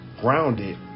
grounded